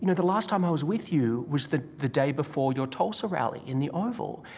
and the last time i was with you was the the day before your tulsa rally, in the oval,